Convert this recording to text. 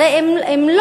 הרי אם לא,